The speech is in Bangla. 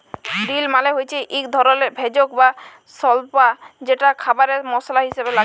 ডিল মালে হচ্যে এক ধরলের ভেষজ বা স্বল্পা যেটা খাবারে মসলা হিসেবে লাগে